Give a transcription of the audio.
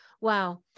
Wow